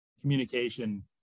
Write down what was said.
communication